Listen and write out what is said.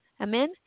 Amen